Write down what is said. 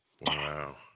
Wow